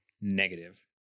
negative